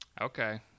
okay